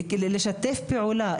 לשתף פעולה.